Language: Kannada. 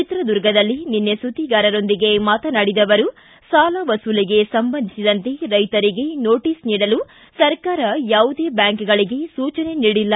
ಚಿತ್ರದುರ್ಗದಲ್ಲಿ ನಿನ್ನೆ ಸುದ್ವಿಗಾರರೊಂದಿಗೆ ಮಾತನಾಡಿದ ಅವರು ಸಾಲ ವಸೂಲಿಗೆ ಸಂಬಂಧಿಸಿದಂತೆ ರೈತರಿಗೆ ನೋಟಿಸ್ ನೀಡಲು ಸರ್ಕಾರ ಯಾವುದೇ ಬ್ಯಾಂಕ್ಗಳಿಗೆ ಸೂಚನೆ ನೀಡಿಲ್ಲ